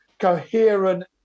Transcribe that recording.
coherent